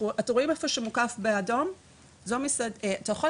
אותו מבנה מוקף פה באדום, אתם רואים